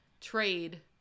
trade